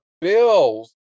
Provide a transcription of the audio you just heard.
Bills